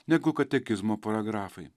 negu katekizmo paragrafai